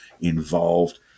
involved